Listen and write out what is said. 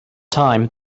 time